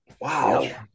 Wow